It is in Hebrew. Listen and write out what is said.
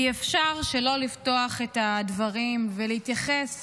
אי-אפשר שלא לפתוח את הדברים ולהתייחס